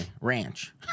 Ranch